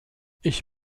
ich